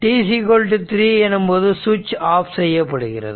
t3 எனும்போது சுவிட்ச் off செய்யப்படுகிறது